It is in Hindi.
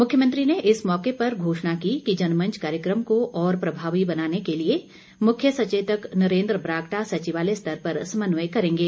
मुख्यमंत्री ने इस मौके पर घोषणा की कि जनमंच कार्यक्रम को और प्रभावी बनाने के लिए मुख्य सचेतक नरेंद्र बरागटा सचिवालय स्तर पर समन्वय करेंगे